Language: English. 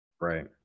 right